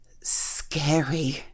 scary